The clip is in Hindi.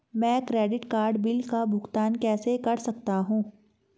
मैं क्रेडिट कार्ड बिल का भुगतान कैसे कर सकता हूं?